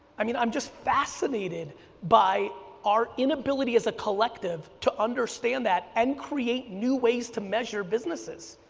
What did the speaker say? i mean i'm just fascinated by our inability as a collective to understand that and create new ways to measure businesses,